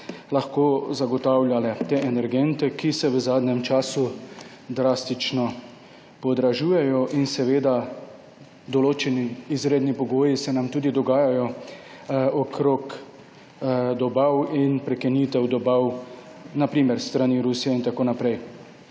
lahko zagotavljale te energente, ki se v zadnjem času drastično dražijo. Določeni izredni pogoji se nam tudi dogajajo okrog dobav in prekinitev dobav, na primer s strani Rusije in tako naprej.